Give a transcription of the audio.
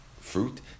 fruit